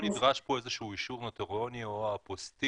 מצדכם לא נדרש כאן איזשהו אישור נוטריוני או אפוסטיל